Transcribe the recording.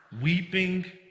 weeping